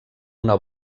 una